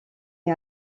est